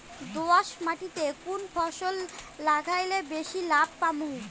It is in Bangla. দোয়াস মাটিতে কুন ফসল লাগাইলে বেশি লাভ পামু?